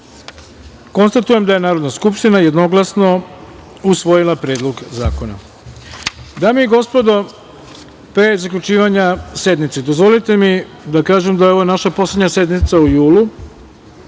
187.Konstatujem da je Narodna skupština jednoglasno usvojila Predlog zakona. Dame i gospodo, pre zaključivanja sednice dozvolite mi da kažem da je ovo naša poslednja sednica u julu,